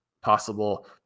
possible